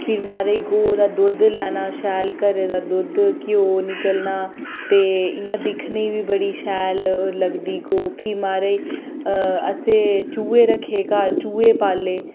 फिर महाराज गौ दा दुद्ध लैना शैल घरै दा दुद्ध घ्यो निकलना ते इ'यां दिक्खने बी बड़ी शैल लगदी गौ फ्ही महाराज असें चुहे रक्खे घर चुहे पाल्ले